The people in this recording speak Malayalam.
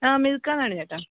ആ മിൽക്കാന്നാണ് ചേട്ടാ